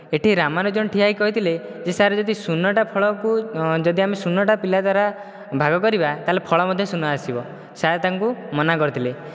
ଏଠି ରାମନୁଜନ୍ ଠିଆ ହେଇକି କହିଥିଲେ ଯେ ସାର୍ ଯଦି ଶୂନ୍ୟଟା ଫଳକୁ ଯଦି ଆମେ ଶୂନ୍ୟଟା ପିଲା ଦ୍ୱାରା ଭାଗ କରିବା ତାହେଲେ ଫଳ ମଧ୍ୟ ଶୂନ୍ୟ ଆସିବ ସାର୍ ତାଙ୍କୁ ମନା କରିଥିଲେ